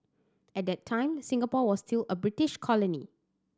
at that time Singapore was still a British colony